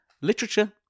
literature